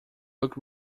look